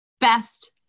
best